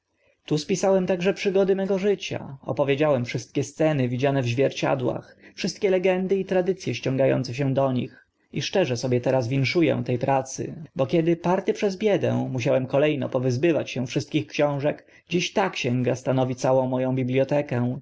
tu spisałem także przygody mego życia opowiedziałem wszystkie sceny widziane w zwierciadłach wszystkie legendy i tradyc e ściąga ące się do nich i szczerze sobie teraz winszu ę te pracy bo kiedy party przez biedę musiałem kole no powyzbywać się wszystkich książek dziś ta księga stanowi całą mo ą bibliotekę